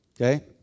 okay